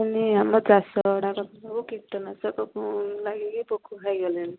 ଆମ ଚାଷ ଗୁଡ଼ାକ ସବୁ କୀଟନାଶକ ଲାଗିକି ପୋକ ଖାଇଗଲେଣି